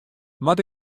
moat